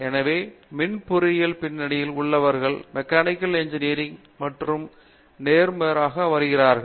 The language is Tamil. எனவே மின் பொறியியலில் பின்னணியில் உள்ளவர்கள் மெக்கானிக்கல் இன்ஜினியரிங் மற்றும் நேர்மாறாக வருகிறார்கள்